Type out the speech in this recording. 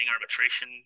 arbitration